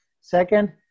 Second